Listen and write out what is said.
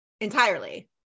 entirely